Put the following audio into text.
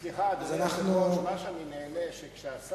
סליחה, אדוני.